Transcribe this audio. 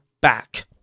back